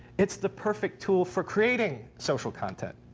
it's the perfect tool for creating social content.